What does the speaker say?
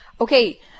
Okay